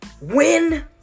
win